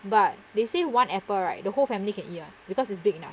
but they say one apple right the whole family can eat [one] because it's big enough